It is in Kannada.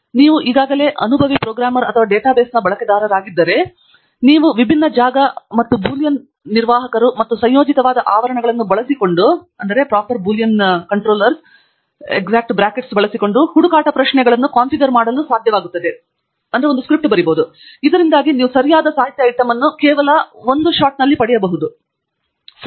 ಮತ್ತು ನೀವು ಈಗಾಗಲೇ ಅನುಭವಿ ಪ್ರೋಗ್ರಾಮರ್ ಅಥವಾ ಡೇಟಾ ಬೇಸ್ನ ಬಳಕೆದಾರರಾಗಿದ್ದರೆ ನಂತರ ನೀವು ವಿಭಿನ್ನ ಜಾಗ ಮತ್ತು ಬೂಲಿಯನ್ ನಿರ್ವಾಹಕರು ಮತ್ತು ಸಂಯೋಜಿತವಾದ ಆವರಣಗಳನ್ನು ಬಳಸಿಕೊಂಡು ಹುಡುಕಾಟ ಪ್ರಶ್ನೆಗಳನ್ನು ಕಾನ್ಫಿಗರ್ ಮಾಡಲು ಸಾಧ್ಯವಾಗುತ್ತದೆ ಇದರಿಂದಾಗಿ ನೀವು ಸರಿಯಾದ ಸಾಹಿತ್ಯ ಐಟಂ ಅನ್ನು ಕೇವಲ ಒಂದು ಒಳಗೆಯೇ ಪಡೆಯಬಹುದು ಪ್ರಶ್ನೆ